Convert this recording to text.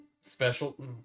Special